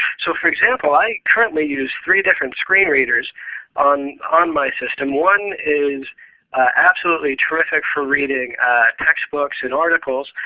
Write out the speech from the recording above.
so for example, i currently use three different screen readers on on my system. one is absolutely terrific for reading textbooks and articles.